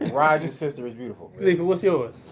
raj's sister is beautiful khalifa, what's yours?